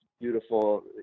beautiful